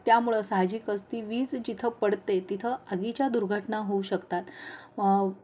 त्यामुळं साहजिकच ती वीज जिथं पडते तिथं आगीच्या दुर्घटना होऊ शकतात व